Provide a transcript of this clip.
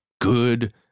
good